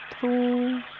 two